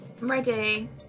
ready